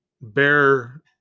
bear